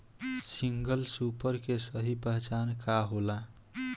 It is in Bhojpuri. सिंगल सूपर के सही पहचान का होला?